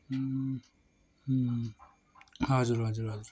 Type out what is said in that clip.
हजुर हजुर हजुर